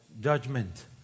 judgment